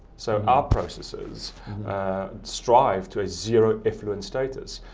so, our processes strive to a zero-effluent status.